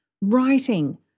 writing